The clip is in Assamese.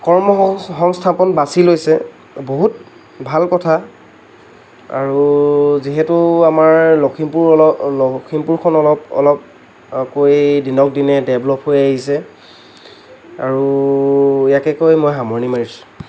কৰ্মসংস্থাপন বাছি লৈছে বহুত ভাল কথা আৰু যিহেতু আমাৰ লখিমপুৰ অলপ লখিমপুৰখন অলপ অলপকৈ দিনক দিনে ডেভেলপ হৈ আহিছে আৰু ইয়াকে কৈ মই সামৰণি মাৰিছোঁ